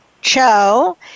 Cho